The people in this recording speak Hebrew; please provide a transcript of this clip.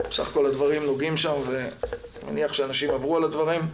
בסך הכול הדברים נוגעים שם ואני מניח שאנשים עברו על הדברים.